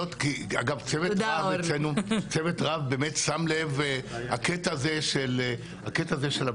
צוות רב אצלנו באמת שם לב לקטע הזה של הבנה